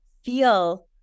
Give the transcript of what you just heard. feel